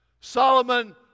Solomon